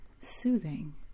soothing